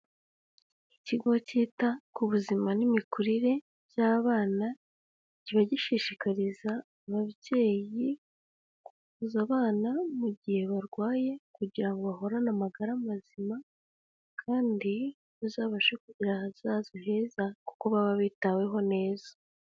Ikigo kita ku buzima n'imikurire by'abana, kiba gishishikariza ababyeyi kuzana abana mu gihe barwaye kugira ngo bahorane amagara mazima. Kandi bazabashe kugira ahazaza heza kuko baba bitaweho neza.